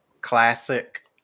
Classic